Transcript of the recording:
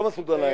לא מסעוד גנאים.